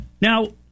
Now